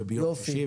כן.